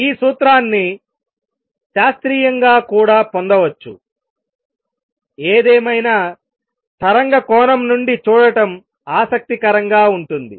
ఈ సూత్రాన్ని శాస్త్రీయంగా కూడా పొందవచ్చుఏదేమైనా తరంగ కోణం నుండి చూడటం ఆసక్తికరంగా ఉంటుంది